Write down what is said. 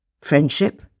friendship